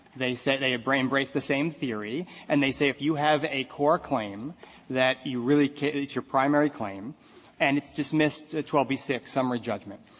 they say they but they embrace the same theory. and they say if you have a core claim that you really it's your primary claim and it's dismissed a twelve b six summary judgment,